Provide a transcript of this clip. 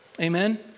Amen